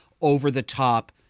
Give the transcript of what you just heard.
over-the-top